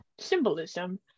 Symbolism